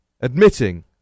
admitting